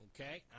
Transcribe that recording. Okay